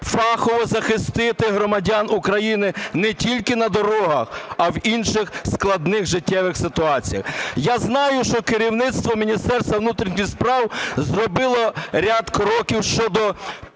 фахово захистити громадян України не тільки на дорогах, а в інших складних життєвих ситуаціях? Я знаю, що керівництво Міністерства внутрішніх справ зробило ряд кроків щодо